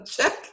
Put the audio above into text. check